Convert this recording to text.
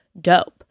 dope